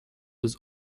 was